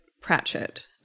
Pratchett